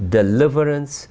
deliverance